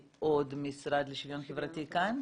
המשרד לשוויון חברתי כאן?